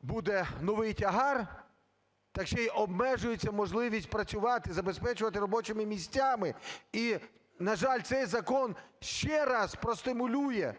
буде новий тягар, та ще й обмежується можливість працювати, забезпечувати робочими місцями. І, на жаль, цей закон ще разпростимулює